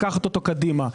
לקחת אותו קדימה.